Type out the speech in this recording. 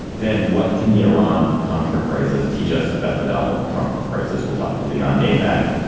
then what can the iran contra crisis teach us about the donald trump crisis? we'll talk to leon neyfakh,